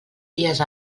dies